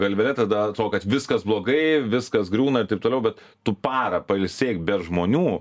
galvele tada atro kad viskas blogai viskas griūna ir taip toliau bet tu parą pailsėk be žmonių